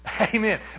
Amen